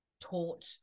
taught